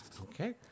Okay